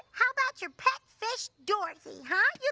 how about your pet fish, dorothy, huh? yeah